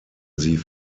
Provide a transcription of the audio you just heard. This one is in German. sie